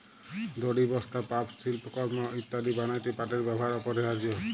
দড়ি, বস্তা, পাপস, সিল্পকরমঅ ইত্যাদি বনাত্যে পাটের ব্যেবহার অপরিহারয অ